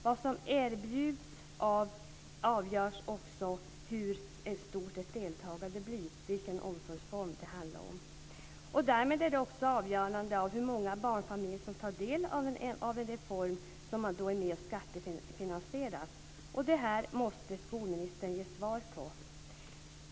Vad som erbjuds, vilken omsorgsform det handlar om, avgör också hur stort deltagandet blir. Därmed är det också avgörande för hur många barnfamiljer som tar del av en reform som man är med och skattefinansierar. Detta måste skolministern ge svar på.